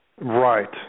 Right